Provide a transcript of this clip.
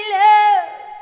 love